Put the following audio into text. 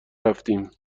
رفتیم